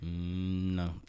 No